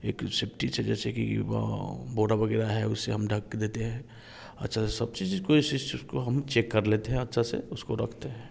एक सेफ्टी से जैसे कि वह बोरा वगैरह है उससे हम ढक देते हैं अच्छा से सब चीज़ को इस चीज़ को हम चेक कर लेते हैं अच्छा से उसको रखते हैं